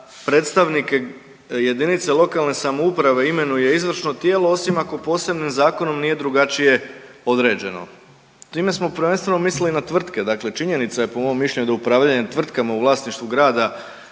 predstavnike jedinice lokalne samouprave imenuje izvršno tijelo osim ako posebnim zakonom nije drugačije određeno. Time smo prvenstveno mislili na tvrtke, dakle činjenica je po mom mišljenju da upravljanjem tvrtkama u vlasništvu grada